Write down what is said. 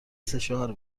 سشوار